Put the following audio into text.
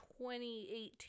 2018